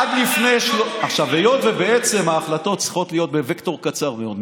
היות שההחלטות צריכות להיות בווקטור קצר מאוד,